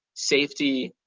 safety,